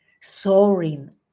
soaring